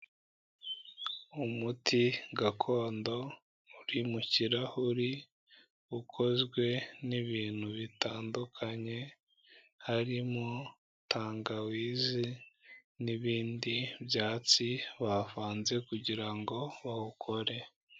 Umuti gakondo uri mu kirahuri ukozwe n'ibintu bitandukanye harimo tangawizi n'ibindi byatsi bavanze kugirango bawukore.